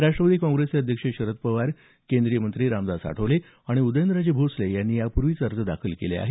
राष्ट्रवादी काँग्रेसचे अध्यक्ष शरद पवार केंद्रीय मंत्री रामदास आठवले आणि उदयनराजे भोसले यांनी यापूर्वीच अर्ज दाखल केले आहेत